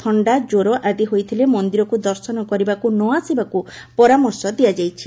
ଥଣ୍ଡା କ୍ୱର ଆଦି ହୋଇଥିଲେ ମନ୍ଦିରକ୍ ଦର୍ଶନ କରିବାକୁ ନ ଆସିବାକୁ ପରାମର୍ଶ ଦିଆଯାଇଛି